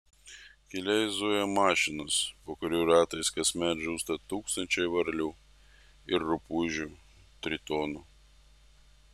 keliais zuja mašinos po kurių ratais kasmet žūsta tūkstančiai varlių ir rupūžių tritonų